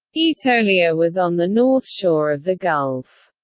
aetolia was on the north shore of the gulf.